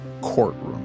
courtroom